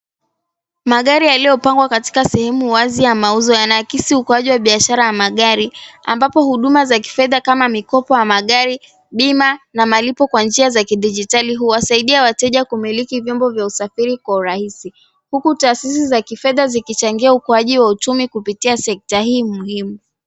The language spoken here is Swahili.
Magari yaliyopangwa katika sehemu wazi ya mauzo yanaakisi ukuaji wa biashara ya magari, ambapo huduma za kifedha kama mikopo ya magari, bima, na malipo kwa njia za kidijitali, huwasaidia wateja kumiliki vyombo vya usafiri kwa urahisi. Huku taasisi za kifedha zikichangia ukuaji wa uchumi kupitia sekta hii muhimu.